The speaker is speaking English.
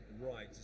right